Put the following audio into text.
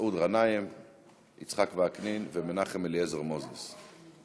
מסעוד גנאים, יצחק וקנין ומנחם אליעזר מוזס.